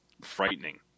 frightening